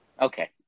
Okay